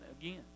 again